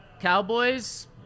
Cowboys